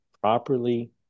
properly